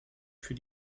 für